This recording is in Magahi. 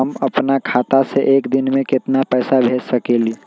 हम अपना खाता से एक दिन में केतना पैसा भेज सकेली?